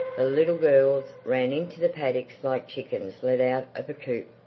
the little girls ran into the paddock like chickens let out of a coop.